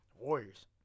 Warriors